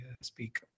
speak